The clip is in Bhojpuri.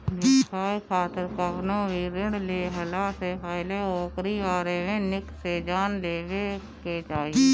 व्यवसाय खातिर कवनो भी ऋण लेहला से पहिले ओकरी बारे में निक से जान लेवे के चाही